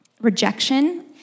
Rejection